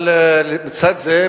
אבל לצד זה,